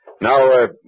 Now